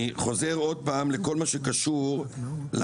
אני חוזר עוד פעם לכל מה שקשור לנושאים,